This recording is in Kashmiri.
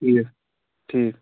ٹھیٖک ٹھیٖک